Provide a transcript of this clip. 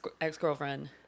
ex-girlfriend